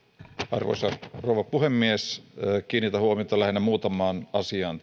arvoisa rouva puhemies kiinnitän huomiota lähinnä muutamaan asiaan